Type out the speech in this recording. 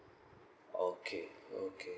okay okay